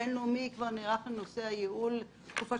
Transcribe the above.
הבנק הבינלאומי כבר נערך לנושא הייעול במשך תקופה